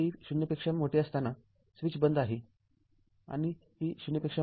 t 0 साठी switch बंद आहे आणि t 0